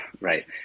right